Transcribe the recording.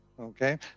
okay